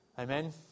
Amen